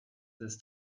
this